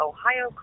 Ohio